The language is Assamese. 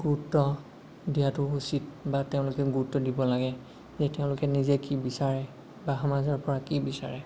গুৰুত্ব দিয়াটো উচিত বা তেওঁলোকে গুৰুত্ব দিব লাগে যে তেওঁলোকে নিজে কি বিচাৰে বা সমাজৰ পৰা কি বিচাৰে